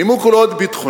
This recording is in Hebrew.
הנימוק הוא לא ביטחוני,